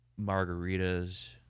margaritas